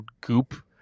goop